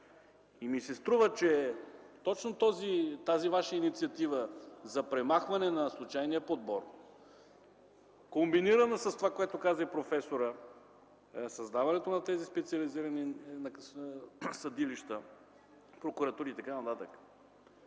ми се, че точно тази ваша инициатива за премахване на случайния подбор, комбинирана с това, което каза и професорът – създаването на тези специализирани съдилища, прокуратури и т.н.,